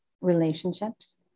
relationships